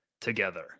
together